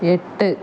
എട്ട്